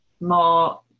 more